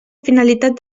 finalitat